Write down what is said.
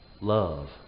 Love